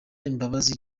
imbabazi